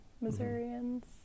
Missourians